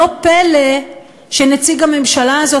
לא פלא שנציג הממשלה הזאת,